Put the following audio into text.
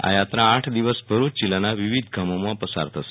આ યાત્રા આઠ દિવસ ભરૂચ જીલ્લાના વિવિધ ગામોમાં પસાર થશે